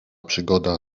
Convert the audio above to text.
przygoda